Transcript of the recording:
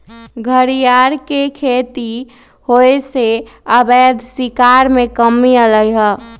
घरियार के खेती होयसे अवैध शिकार में कम्मि अलइ ह